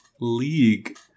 league